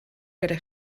gyda